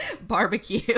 Barbecue